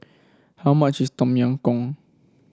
how much is Tom Yam Goong